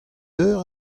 eur